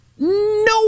No